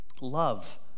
love